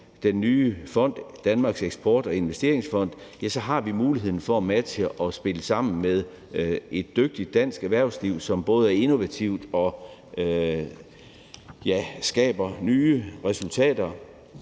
den nye fond, Danmarks Eksport- og Investeringsfond, har vi mulighed for at matche og spille sammen med et dygtigt dansk erhvervsliv, som både er innovativt og skaber nye resultater.